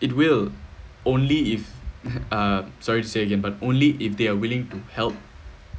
it will only if uh sorry to say again but only if they are willing to help